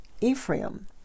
Ephraim